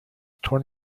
torn